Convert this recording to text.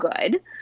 good